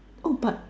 oh but